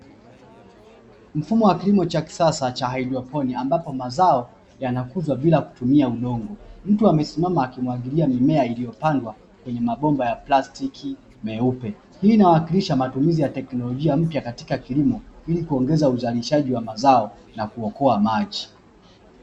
Mfumo wa kilimo cha kisasa cha haidroponi ambapo mazao yanakuzwa bila kutumia udongo; mtu amesimama akimwagilia mimea iliyopandwa kwenye mabomba ya plastiki meupe, hii inawakilisha matumizi ya teknolojia mpya katika kilimo ili kuongeza uzalishaji wa mazao na kuokoa maji.